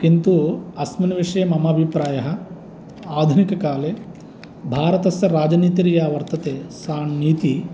किन्तु अस्मिन् विषये मम अभिप्रायः आधुनिक काले भारतस्य राजनीतिर्या वर्तते सा नीति